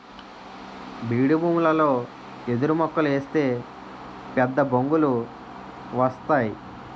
బీడుభూములలో ఎదురుమొక్కలు ఏస్తే పెద్దబొంగులు వస్తేయ్